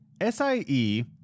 SIE